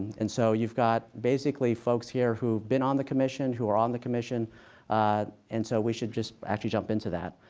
and so you've got, basically, folks here who've been on the commission, who are on the and so we should just actually jump into that.